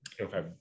Okay